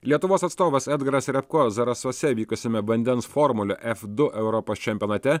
lietuvos atstovas edgaras riabko zarasuose vykusiame vandens formulių f du europos čempionate